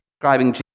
describing